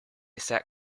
sat